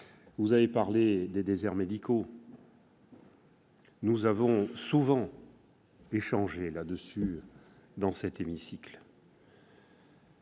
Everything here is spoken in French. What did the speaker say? Vous avez parlé des déserts médicaux. Nous avons souvent échangé sur ce point dans cet hémicycle.